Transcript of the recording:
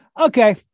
Okay